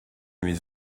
mes